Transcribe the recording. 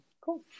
Cool